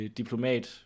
diplomat